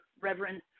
Reverend